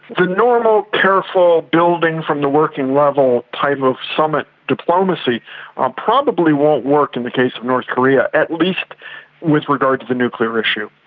the normal, careful building from the working level type of summit diplomacy um probably won't work in the case of north korea. at least with regard to the nuclear issue.